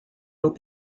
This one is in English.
will